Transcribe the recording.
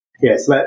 Yes